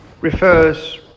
refers